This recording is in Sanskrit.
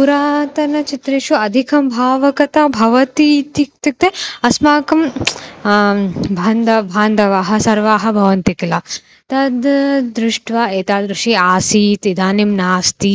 पुरातनचित्रेषु अधिकं भावुकता भवति इति इत्युक्ते अस्माकं बान्धवाः बान्धवाः सर्वे भवन्ति किल तद् दृष्ट्वा एतादृशः आसीत् इदानीं नास्ति